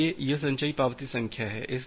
इसलिए यह संचयी पावती संख्या है